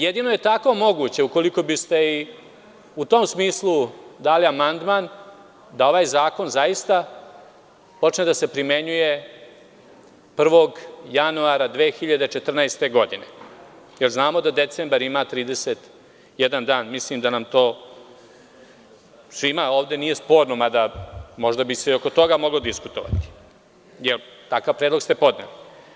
Jedino je tako moguće, ukoliko bi u tom smislu da ovaj zakon zaista počne da se primenjuje 1. januara 2014. godine, znamo da decembar ima 31 dan, mislim da svima ovde to nije sporno, mada možda bi se i oko toga moglo diskutovati, jel takav predlog ste podneli.